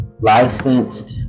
licensed